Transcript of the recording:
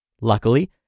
Luckily